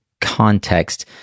context